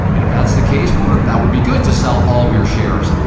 and if that's the case, well then, that would be good to sell all of your shares,